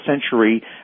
century